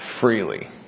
freely